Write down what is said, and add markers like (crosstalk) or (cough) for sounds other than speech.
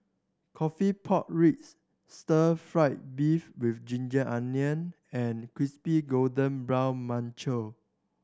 coffee pork ribs stir fried beef with ginger onions and crispy golden brown (unintelligible)